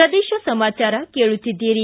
ಪ್ರದೇಶ ಸಮಾಚಾರ ಕೇಳುತ್ತಿದ್ದೀರಿ